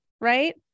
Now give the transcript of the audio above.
right